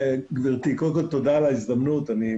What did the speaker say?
קודם כל תודה על ההזדמנות לדבר,